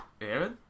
Aaron